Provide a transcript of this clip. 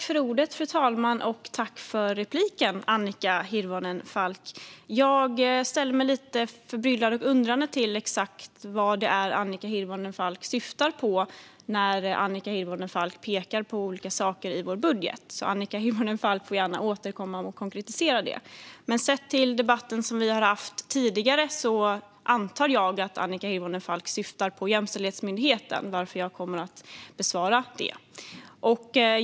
Fru talman! Tack för repliken, Annika Hirvonen Falk! Jag ställer mig lite förbryllad och undrande till exakt vad det är Annika Hirvonen Falk syftar på när hon pekar på olika saker i vår budget, så hon får gärna återkomma och konkretisera det. Sett till den debatt som vi har haft tidigare antar jag dock att Annika Hirvonen Falk syftar på Jämställdhetsmyndigheten, varför jag kommer att bemöta det.